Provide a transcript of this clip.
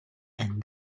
and